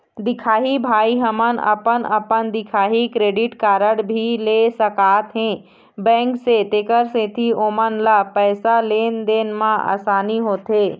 दिखाही भाई हमन अपन अपन दिखाही क्रेडिट कारड भी ले सकाथे बैंक से तेकर सेंथी ओमन ला पैसा लेन देन मा आसानी होथे?